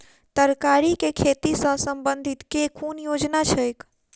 तरकारी केँ खेती सऽ संबंधित केँ कुन योजना छैक?